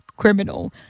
criminal